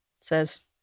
Says